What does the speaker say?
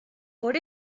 por